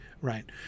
right